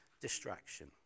distraction